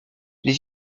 les